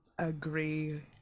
Agree